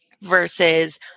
versus